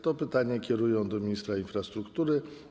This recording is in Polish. To pytanie kierują do ministra infrastruktury.